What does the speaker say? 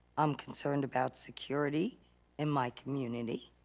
i'm concerned about security in my community.